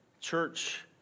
Church